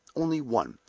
only one,